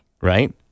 Right